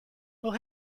will